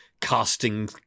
casting